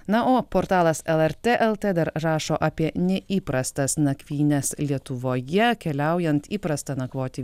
na o portalas lrt lt dar rašo apie neįprastas nakvynes lietuvoje keliaujant įprasta nakvoti